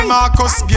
Marcus